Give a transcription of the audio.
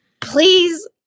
please